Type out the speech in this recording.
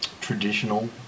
traditional